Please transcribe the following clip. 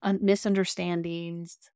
misunderstandings